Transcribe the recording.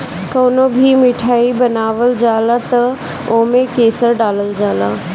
कवनो भी मिठाई बनावल जाला तअ ओमे केसर डालल जाला